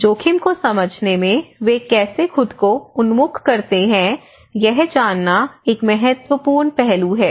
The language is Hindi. जोखिम को समझने में वे कैसे खुद को उन्मुख करते हैं यह जानना एक महत्वपूर्ण पहलू है